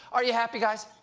are you happy, guys?